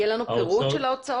יהיה לנו פירוט של ההוצאות?